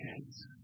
kids